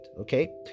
Okay